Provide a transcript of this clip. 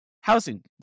housing